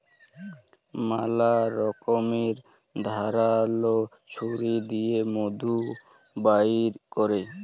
ম্যালা রকমের ধারাল ছুরি দিঁয়ে মধু বাইর ক্যরে